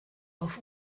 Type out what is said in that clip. auf